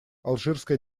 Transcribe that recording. алжирская